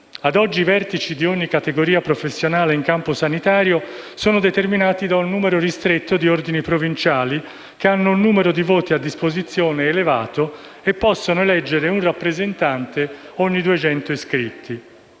Ad oggi i vertici di ogni categoria professionale in campo sanitario sono determinati da un numero ristretto di Ordini provinciali, che hanno un elevato numero di voti a disposizione e possono eleggere un rappresentante ogni 200 iscritti.